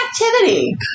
activity